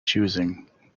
choosing